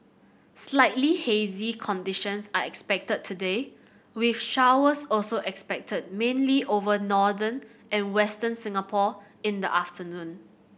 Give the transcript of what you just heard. slightly hazy conditions are expected today with showers also expected mainly over northern and Western Singapore in the afternoon